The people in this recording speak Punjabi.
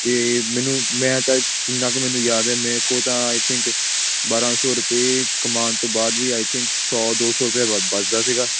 ਅਤੇ ਮੈਨੂੰ ਮੈਂ ਤਾਂ ਜਿੰਨਾ ਕੁ ਮੈਨੂੰ ਯਾਦ ਹੈ ਮੇਰੇ ਕੋਲ ਤਾਂ ਆਈ ਥਿੰਕ ਬਾਰਾਂ ਸੌ ਰੁਪਏ ਕਮਾਉਣ ਤੋਂ ਬਾਅਦ ਵੀ ਆਈ ਥਿੰਕ ਸੌ ਦੋ ਸੌ ਰੁਪਇਆ ਬ ਬਚਦਾ ਸੀਗਾ